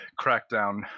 crackdown